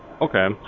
Okay